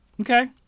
Okay